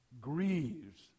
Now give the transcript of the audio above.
grieves